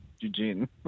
Eugene